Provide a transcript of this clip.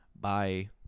bye